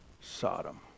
Sodom